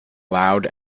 loud